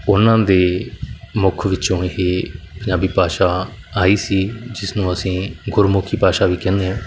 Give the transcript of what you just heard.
ਉਹਨਾ ਦੇ ਮੁਖ ਵਿੱਚੋਂ ਹੀ ਪੰਜਾਬੀ ਭਾਸ਼ਾ ਆਈ ਸੀ ਜਿਸ ਨੂੰ ਅਸੀਂ ਗੁਰਮੁਖੀ ਭਾਸ਼ਾ ਵੀ ਕਹਿੰਦੇ ਹਾਂ